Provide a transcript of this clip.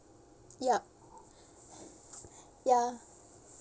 yup ya